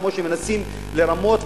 כמו שמנסים לרמות,